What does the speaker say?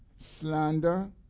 slander